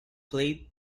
played